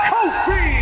Kofi